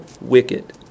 wicked